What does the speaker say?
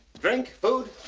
drink? food?